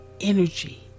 energy